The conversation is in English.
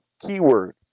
keyword